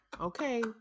Okay